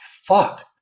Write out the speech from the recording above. fuck